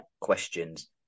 questions